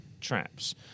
traps